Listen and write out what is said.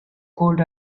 cold